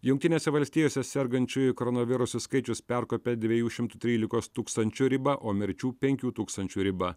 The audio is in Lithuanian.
jungtinėse valstijose sergančiųjų koronavirusu skaičius perkopė dviejų šimtų trylikos tūkstančių ribą o mirčių penkių tūkstančių ribą